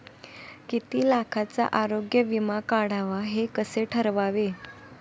किती लाखाचा आरोग्य विमा काढावा हे कसे ठरवावे?